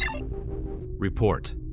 report